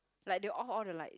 like they off all the light